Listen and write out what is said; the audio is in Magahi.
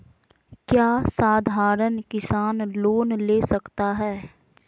क्या साधरण किसान लोन ले सकता है?